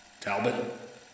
Talbot